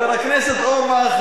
חבר הכנסת אורבך,